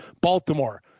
baltimore